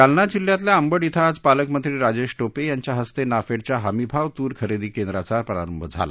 जालना जिल्ह्यातल्या अंबड इथं आज पालकमंत्री राजेश टोपे यांच्या हस्ते नाफेडच्या हमीभाव तूर खरेदी केंद्राचा प्रारंभ झाला